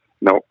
No